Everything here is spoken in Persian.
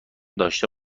داشته